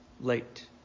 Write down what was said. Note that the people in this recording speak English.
late